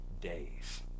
days